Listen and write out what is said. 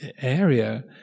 area